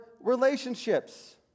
relationships